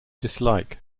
dislike